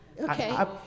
Okay